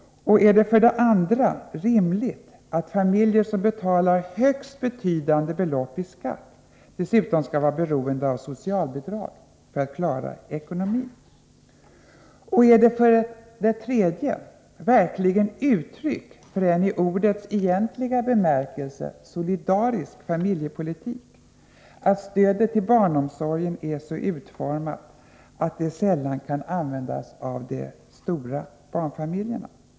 2. Är det rimligt att familjer som betalar högst betydande belopp i skatt dessutom skall vara beroende av socialbidrag för att klara ekonomin? 3. Är det verkligen uttryck för en i ordets egentliga bemärkelse solidarisk familjepolitik att stödet till barnomsorgen är så utformat att det sällan kan användas av de stora barnfamiljerna?